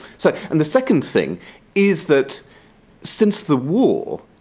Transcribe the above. so and the second thing is that since the war,